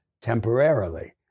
temporarily